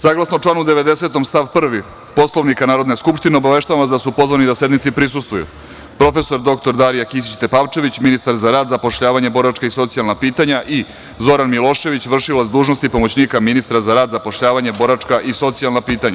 Saglasno članu 90. stav 1. Poslovnika Narodne skupštine, obaveštavam vas da su pozvani da sednici prisustvuju: prof. dr Darija Kisić Tepavčević, ministar za rad, zapošljavanje, boračka i socijalna pitanja i Zoran Milošević, vršilac dužnosti pomoćnika ministra za rad, zapošljavanje, boračka i socijalna pitanja.